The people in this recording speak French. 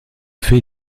fait